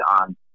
on